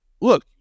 look